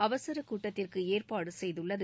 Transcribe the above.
அவசர கூட்டத்திற்கு ஏற்பாடு செய்துள்ளது